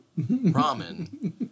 ramen